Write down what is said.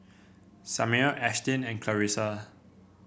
Samir Ashtyn and Clarissa